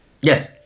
Yes